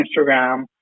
Instagram